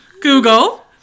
Google